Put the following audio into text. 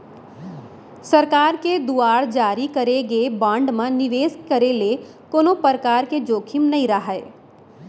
सरकार के दुवार जारी करे गे बांड म निवेस के करे ले कोनो परकार के जोखिम नइ राहय